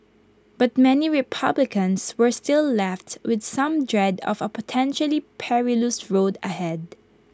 but many republicans were still left with some dread of A potentially perilous road ahead